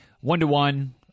one-to-one